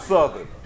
Southern